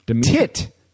Tit